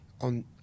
on